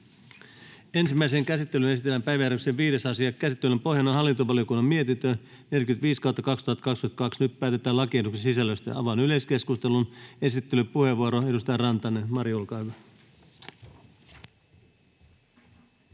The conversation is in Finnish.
Ensimmäiseen käsittelyyn esitellään päiväjärjestyksen 5. asia. Käsittelyn pohjana on hallintovaliokunnan mietintö HaVM 45/2022 vp. Nyt päätetään lakiehdotusten sisällöstä. — Avaan yleiskeskustelun. Esittelypuheenvuoro, edustaja Rantanen, Mari, olkaa hyvä.